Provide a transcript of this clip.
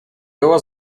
było